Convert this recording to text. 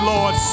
Lord